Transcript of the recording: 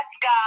God